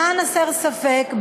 למען הסר ספק,